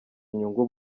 inyungu